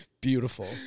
Beautiful